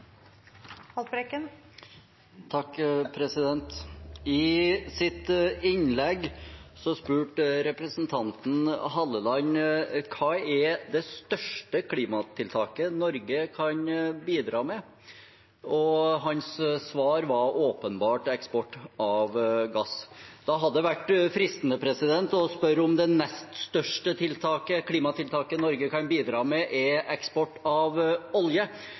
det største klimatiltaket Norge kan bidra med? Hans svar var åpenbart: eksport av gass. Det hadde vært fristende å spørre om det nest største klimatiltaket Norge kan bidra med, er eksport av olje.